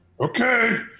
okay